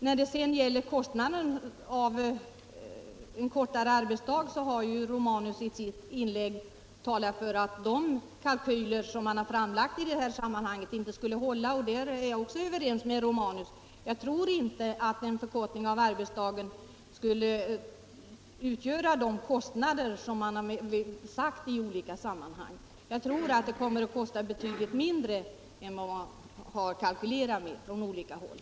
När det sedan gäller kostnaden för en kortare arbetsdag sade herr Romanus att de kalkyler som man framlagt i detta sammanhang inte skulle hålla. Där är jag också överens med herr Romanus. Jag tror inte att en förkortning av arbetsdagen skulle medföra så stora kostnader som man hävdat i olika sammanhang. Jag tror att det kommer att kosta betydligt mindre än vad man kalkylerat med från olika håll.